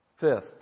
Fifth